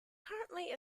currently